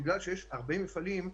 בגלל שיש הרבה מפעלים,